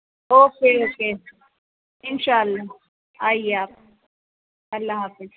okay okay ان شاء اللہ آئیے آپ اللہ حافظ